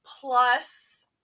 plus